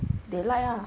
they like ah